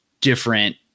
different